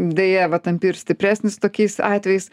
deja va tampi ir stipresnis tokiais atvejais